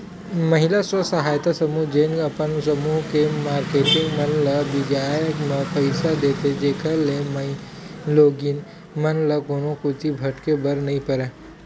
महिला स्व सहायता समूह जेन अपन समूह के मारकेटिंग मन ल बियाज म पइसा देथे, जेखर ले माईलोगिन मन ल कोनो कोती भटके बर नइ परय